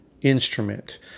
instrument